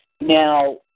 Now